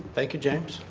thank you, james.